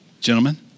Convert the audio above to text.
gentlemen